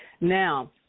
Now